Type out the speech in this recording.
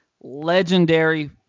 legendary